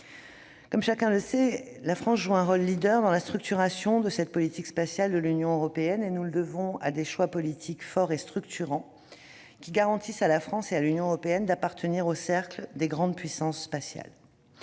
comme chacun le sait, joue un rôle leader dans la structuration de la politique spatiale de l'Union européenne. Nous le devons à des choix politiques forts et structurants qui garantissent à la France et à l'Union européenne d'appartenir au cercle des grandes puissances spatiales.